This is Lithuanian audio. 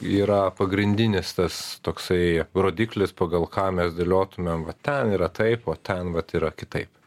yra pagrindinis tas toksai rodiklis pagal ką mes dėliotumėm vat ten yra taip o ten vat yra kitaip